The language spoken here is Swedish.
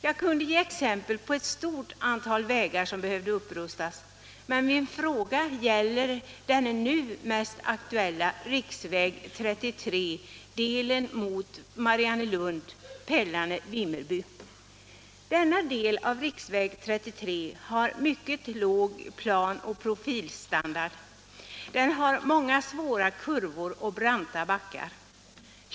Jag kunde ge exempel på ett stort antal vägar som behöver rustas upp, men min fråga gäller den nu mest aktuella riksväg 33, delen Mariannelund-Pelarne-Vimmerby. Denna del av riksväg 33 har mycket låg plan och profilstandard. Den har många svåra kurvor och branta backar.